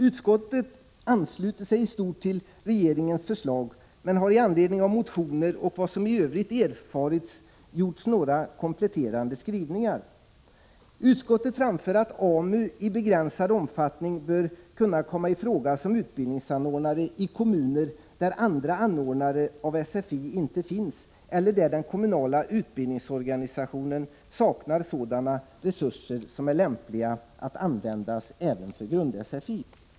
Utskottet ansluter sig i stort till regeringens förslag men har i anledning av motioner och vad som i övrigt erfarits gjort några kompletterande skrivningar. Utskottet anför att AMU i begränsad omfattning bör kunna komma i fråga som utbildningsanordnare i kommuner där andra anordnare av sfi inte finns eller där den kommunala utbildningsorganisationen saknar sådana resurser som är lämpliga att användas även för grund-sfi.